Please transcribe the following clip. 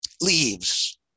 Leaves